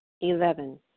Eleven